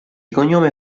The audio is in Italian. cognome